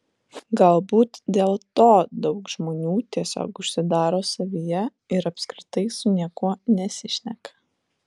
galbūt dėl to daug žmonių tiesiog užsidaro savyje ir apskritai su niekuo nesišneka